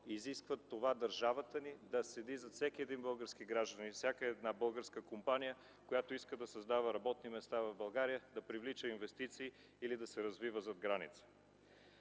изискват държавата ни да следи за всеки един български гражданин, за всяка една българска компания, която иска да създава работни места в България, да привлича инвестиции или да се развива зад граница.